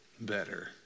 better